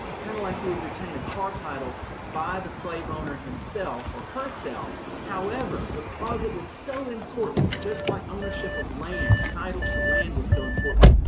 kind of like you would retain a car title, by the slave owner himself or herself. however, because it was so important, just like ownership of land, title to land was so important,